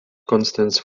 constants